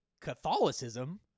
Catholicism